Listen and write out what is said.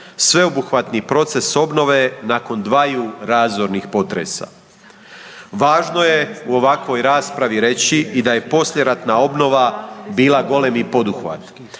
sveobuhvatni proces obnove nakon dvaju razornih potresa. Važno je u ovakvoj raspravi reći i da je poslijeratna obnova bila golemi poduhvat,